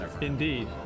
indeed